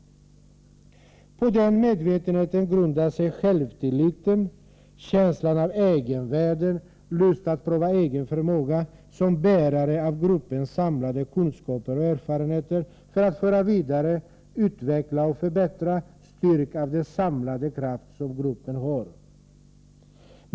På den medvetenheten grundar sig självtilliten, känslan av egenvärde, lusten att pröva den egna förmågan, som bärare av gruppens samlade kunskaper och erfarenheter, att föra vidare, utveckla och förbättra dessa, styrkt av den samlade kraft som gruppen har.